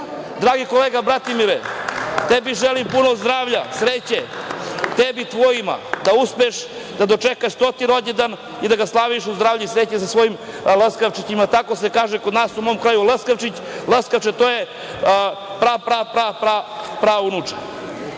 Dragi kolega Bratimire, tebi želim puno zdravlja, sreće, tebi i tvojima, da uspeš da dočekaš 100. rođendan i da ga slaviš u zdravlju i sreći sa svojim laskavčićima, tako se kaže kod nas u mom kraju, laskavčić, laskače, to je pra, pra, pra, pra, praunuče.